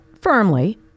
firmly